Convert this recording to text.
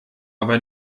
aber